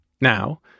now